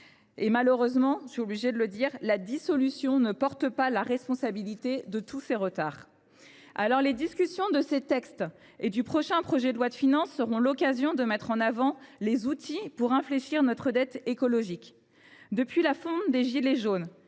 Malheureusement, je suis obligée de le dire, la dissolution ne porte pas la responsabilité de tous ces retards. Eh oui ! La discussion de ces textes et du prochain projet de loi de finances sera l’occasion de mettre en avant les outils à même d’infléchir notre dette écologique. Depuis la fin de la crise